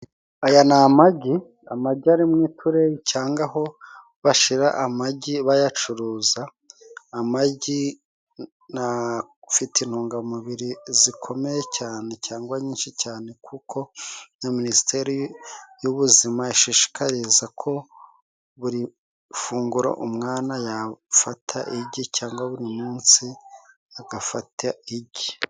Aya ni amagi, amagi ari mu itureyi cyanga aho bashira amagi bayacuruza. Amagi afite intungamubiri zikomeye cyane cyangwa nyinshi cyane, kuko na Minisiteri y’Ubuzima ishishikariza ko buri funguro umwana yafata igi, cyangwa buri munsi agafata igi.